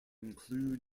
include